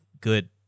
good